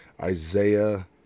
Isaiah